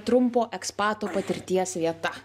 trumpo ekspato patirties vieta